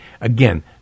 Again